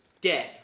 dead